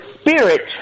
spirit